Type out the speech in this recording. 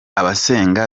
abasenga